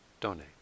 donate